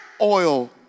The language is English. oil